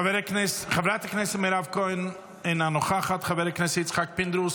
חברת הכנסת מירב כהן, אינה נוכחת, חבר